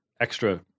extra